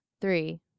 Three